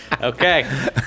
Okay